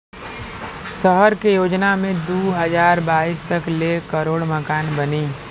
सहर के योजना मे दू हज़ार बाईस तक ले करोड़ मकान बनी